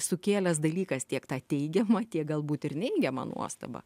sukėlęs dalykas tiek tai teigiamą kiek galbūt ir neigiamą nuostabą